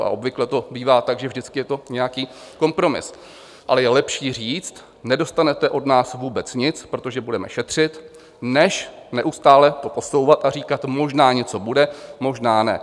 Obvykle to bývá tak, že vždycky je to nějaký kompromis, ale je lepší říct: Nedostanete od nás vůbec nic, protože budeme šetřit, než to neustále posouvat a říkat: Možná něco bude, možná ne.